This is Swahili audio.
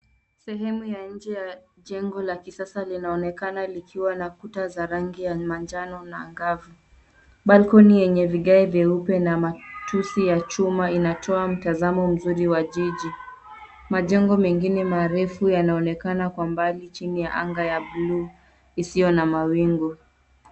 Sehemu ya nje ya jengo la kisasa linaonekana likiwa na kuta za rangi ya manjano na angavu. Balkoni yenye vigae vieupe na matusi ya chuma inatoa mtazamo mzuri wa jiji. Majengo mengine marefu yanaonekana kwa mbali chini ya angaa ya blue isiyo na mawingu.